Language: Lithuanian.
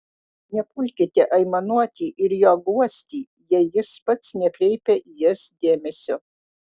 nepulkite aimanuoti ir jo guosti jei jis pats nekreipia į jas dėmesio